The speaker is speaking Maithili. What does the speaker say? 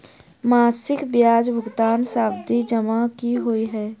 मासिक ब्याज भुगतान सावधि जमा की होइ है?